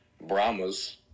Brahmas